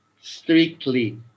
strictly